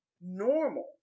normal